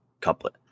couplet